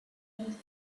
the